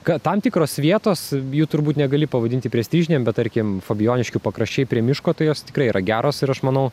kad tam tikros vietos jų turbūt negali pavadinti prestižinėm bet tarkim fabijoniškių pakraščiai prie miško tai jos tikrai yra geros ir aš manau